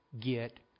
get